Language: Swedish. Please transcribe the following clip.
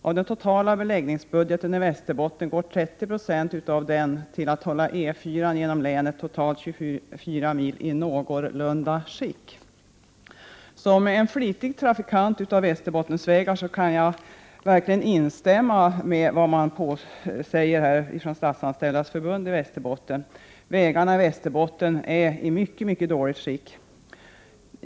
Av den totala beläggningsbudgeten i Västerbotten går 30 96 utav den till att hålla E4:an genom länet totalt 24 mil i någorlunda skick.” Som flitig trafikant på Västerbottensvägar kan jag verkligen instämma i vad Statsanställdas förbund i Västerbotten här säger. Vägarna i Västerbotten är i mycket dåligt skick.